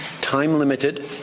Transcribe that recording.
time-limited